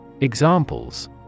Examples